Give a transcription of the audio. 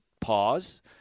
pause